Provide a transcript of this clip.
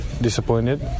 disappointed